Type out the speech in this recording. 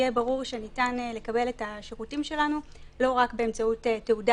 יהיה ברור שניתן לקבל את השירותים שלנו לא רק באמצעות תעודה